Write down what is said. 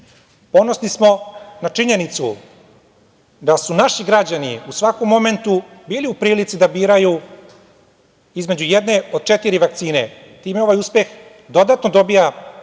Ponosni smo na činjenicu da su naši građani u svakom momentu bili u prilici da biraju između jedne od četiri vakcine. Time ovaj uspeh dodatno dobija na